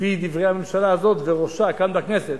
לפי דברי הממשלה הזאת וראשה כאן בכנסת,